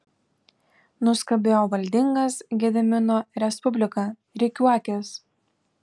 nuskambėjo valdingas gedimino respublika rikiuokis